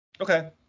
Okay